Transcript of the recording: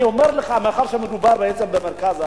אני אומר לך, מאחר שמדובר בעצם במרכז הארץ,